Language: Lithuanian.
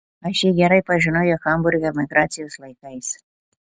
aš jį gerai pažinojau hamburge emigracijos laikais